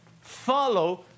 follow